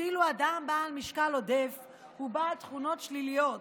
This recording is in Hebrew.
כאילו אדם בעל משקל עודף הוא בעל תכונות שליליות,